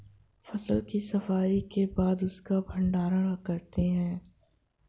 फसल की सफाई के बाद उसका भण्डारण करते हैं